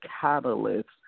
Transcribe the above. catalyst